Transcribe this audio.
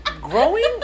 growing